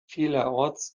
vielerorts